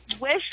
wish